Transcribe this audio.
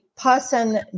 person